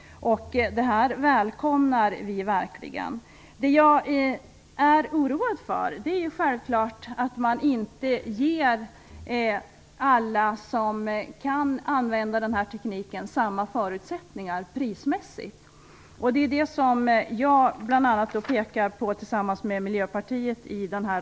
Detta välkomnar vi verkligen. Men jag är självklart oroad över att inte alla som kan använda denna teknik får samma förutsättningar prismässigt. I reservationen i betänkandet pekar jag och en miljöpartist på detta.